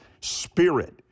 spirit